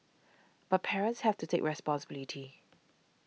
but parents have to take responsibility